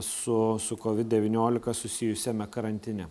su su covid devyniolika susijusiame karantine